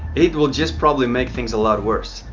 it will just probably make things a lot worse.